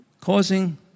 causing